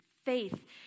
Faith